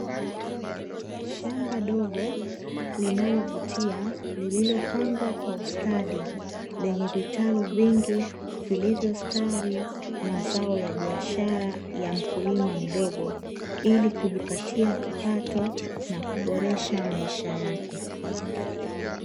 Shamba dogo, linalovutia, lililopangwa kwa ustadi, lenye vitalu vingi vilivyo stawi , mazao ya biashara ya mkulima mdogo, ili kujipatia kipato, na kuboresha maisha yake.